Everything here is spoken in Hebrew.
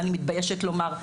ואני מתביישת לומר.